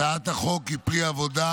הצעת החוק היא פרי עבודה